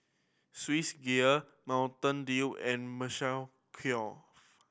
Swissgear Mountain Dew and Kors